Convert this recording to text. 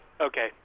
Okay